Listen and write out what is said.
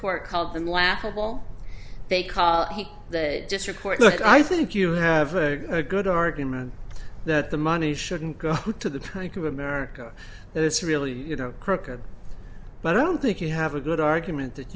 court called them laughable they call the district court look i think you have a good argument that the money shouldn't go to the kind of america that it's really you know crooked but i don't think you have a good argument that